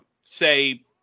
say